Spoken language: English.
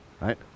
right